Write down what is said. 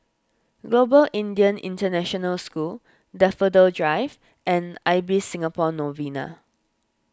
Global Indian International School Daffodil Drive and Ibis Singapore Novena